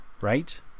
right